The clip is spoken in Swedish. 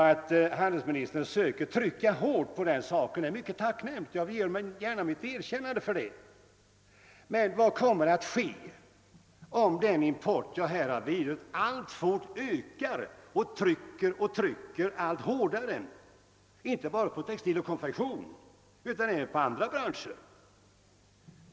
Att handelsministern söker trycka hårt på den saken är mycket tacknämligt och jag ger gärna mitt erkännande för det. Men vad kommer att ske om den import jag här berört alltfort ökar och trycker allt hårdare inte bara på textiloch konfektionsindustrin utan även på andra branscher?